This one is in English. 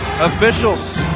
officials